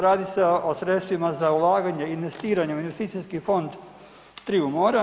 Radi se o sredstvima za ulaganje i investiranje u investicijski fond Triju mora.